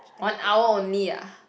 one hour only ah